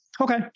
Okay